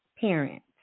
Parents